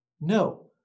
No